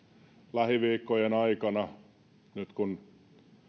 lähiviikkojen aikana nyt kun